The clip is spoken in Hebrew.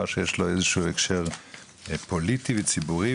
שיש לו איזשהו הקשר פוליטי וציבורי,